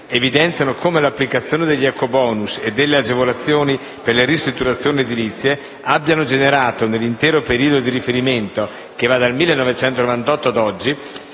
evidenziano come l'applicazione degli ecobonus e delle agevolazioni per le ristrutturazioni edilizie abbiano generato, nell'intero periodo di riferimento, che va dal 1998 ad oggi,